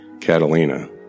Catalina